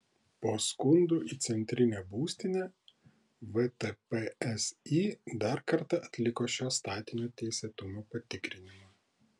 po skundų į centrinę būstinę vtpsi dar kartą atliko šio statinio teisėtumo patikrinimą